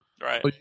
Right